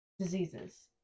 diseases